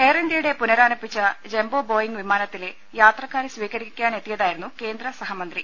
എയർഇന്ത്യയുടെ പുനരാരംഭിച്ച jumbo Boeing വിമാനത്തിലെ യാത്രക്കാരെ സ്വീകരിക്കാനെത്തിയതായിരുന്നു കേന്ദ്ര സഹമന്ത്രി